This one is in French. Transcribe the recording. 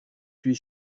suis